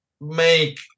make